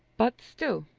but still,